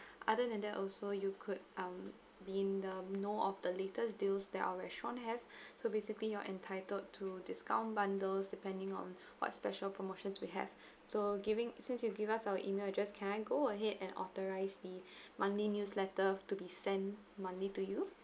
other than that also you could um being the know of the latest deals that our restaurant have so basically you're entitled to discount bundles depending on what special promotions we have so giving since you give us our email address can I go ahead and authorize the monthly newsletter to be sent monthly to you